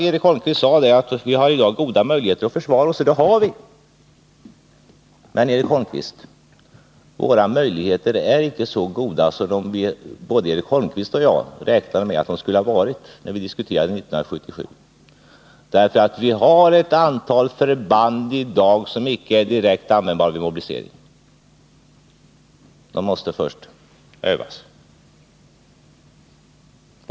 Eric Holmqvist sade att vi idag har goda möjligheter att försvara oss, och det har vi. Våra möjligheter att försvara oss är emellertid icke så goda som både Eric Holmqvist och jag räknade med att de skulle ha varit när vi diskuterade detta 1977. Vi har nämligen i dag ett antal förband som icke är direkt användbara vid en mobilisering. De måste först övas.